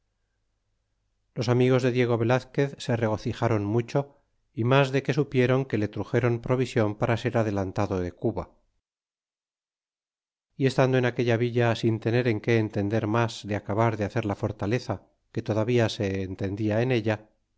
los amigos del diego velazquez se regocijron mucho y mas de que supieron que le truxéron provision para ser adelantado de cuba y estando en aquella villa sin tener en qué entender mas de acabar de hacer la fortaleza que todavía se entendía en ella